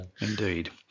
indeed